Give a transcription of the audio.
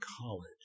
college